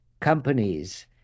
companies